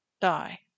die